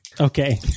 Okay